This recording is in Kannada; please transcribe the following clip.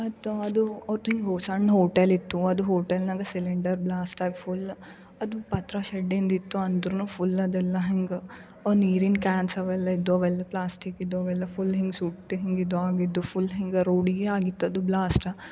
ಅತ್ತು ಅದು ಸಣ್ಣ ಹೋಟೆಲಿತ್ತು ಅದು ಹೋಟೆಲ್ನಾಗೆ ಸಿಲಿಂಡರ್ ಬ್ಲಾಸ್ಟ್ ಆಗಿ ಫುಲ್ ಅದು ಪಾತ್ರ ಶೆಡ್ ಹಿಂದಿತ್ತು ಅಂದ್ರು ಫುಲ್ ಅದೆಲ್ಲ ಹಿಂಗೆ ನೀರಿನ ಕ್ಯಾನ್ಸವೆಲ್ಲ ಇದ್ದೊ ಅವೆಲ್ಲ ಪ್ಲಾಸ್ಟಿಕಿದ್ದವೆಲ್ಲ ಫುಲ್ ಹಿಂಗೆ ಸುಟ್ಟು ಹಿಂಗೆ ಇದಾಗಿದ್ದು ಫುಲ್ ಹಿಂಗೆ ರೋಡಿಗೆ ಆಗಿತ್ತದು ಬ್ಲಾಸ್ಟ